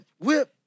whip